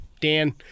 Dan